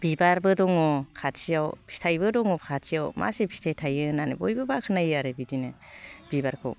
बिबारबो दङ खाथियाव फिथाइबो दङ खाथियाव मा एसे फिथाइ थायो होननानै बयबो बाख्नायो आरो बिदिनो बिबारखौ